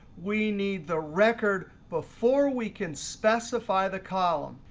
we need the record before we can specify the column.